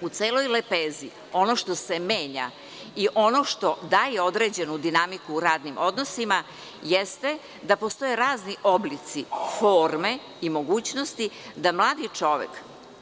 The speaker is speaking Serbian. U celoj lepezi, ono što se menja i što daje određenu dinamiku radnim odnosima, jeste da postoje razni oblici, forme i mogućnosti da mlad čovek